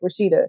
Rashida